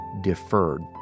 deferred